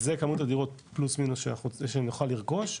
זה כמות הדירות פלוס מינוס שנוכל לרכוש,